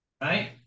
right